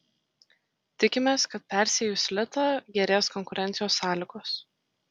tikimės kad persiejus litą gerės konkurencijos sąlygos